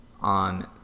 on